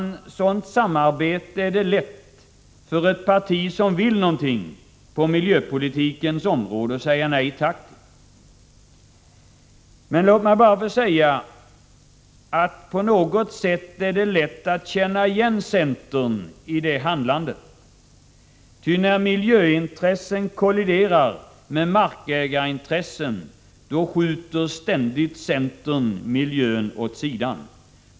Ett sådant samarbete är det lätt för ett parti som vill någonting på miljöpolitikens område att säga nej tack till. Låt mig bara få säga att det på något sätt är lätt att känna igen centern i detta handlande. När miljöintressen kolliderar med markägarintressen skjuter centern ständigt miljön åt sidan.